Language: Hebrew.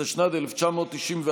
התשנ"ד 1994,